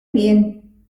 bien